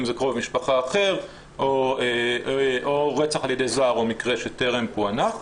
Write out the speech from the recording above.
אם זה קרוב משפחה אחר או רצח על ידי זר או מקרה שטרם שפוענח.